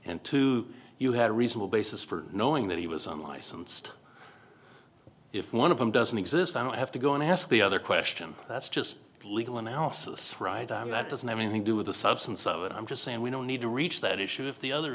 and two you had a reasonable basis for knowing that he was unlicensed if one of them doesn't exist i have to go and ask the other question that's just legal analysis right i'm that doesn't have anything do with the substance of it i'm just saying we don't need to reach that issue if the other